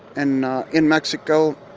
and in mexico,